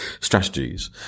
strategies